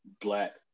Black